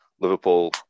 Liverpool